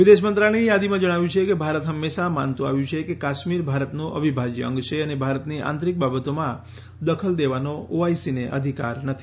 વિદેશ મંત્રાલયની યાદીમાં જણાવ્યું છે કે ભારત હંમેશા માનતું આવ્યું છે કે કાશ્મીર ભારતનું અવિભાજ્ય અંગ છે અને ભારતની આંતરીક બાબતોમાં દખલ દેવાનો ઓઆઈસીને કોઈ અધિકાર નથી